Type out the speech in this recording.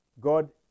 God